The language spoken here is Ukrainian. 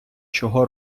чого